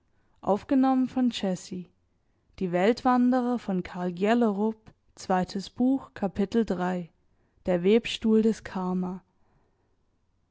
die indische schlange der webstuhl des